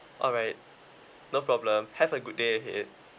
alright no problem have a good day ahead